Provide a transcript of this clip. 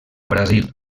brasil